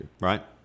Right